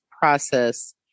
process